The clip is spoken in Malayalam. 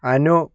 അനു